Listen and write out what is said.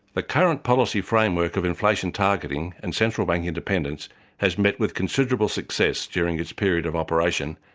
the current policy framework of inflation targeting and central bank independence has met with considerable success during its period of operation,